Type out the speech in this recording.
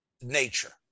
nature